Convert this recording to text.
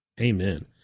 Amen